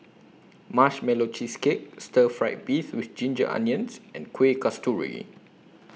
Marshmallow Cheesecake Stir Fried Beef with Ginger Onions and Kueh Kasturi